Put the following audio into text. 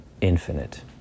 Infinite